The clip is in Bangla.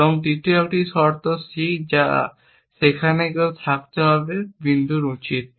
এবং তৃতীয় একটি শর্ত পরিষ্কার c যা সেখানে কেউ থাকতে হবে বিন্দুর উচিত